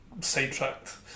sidetracked